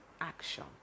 action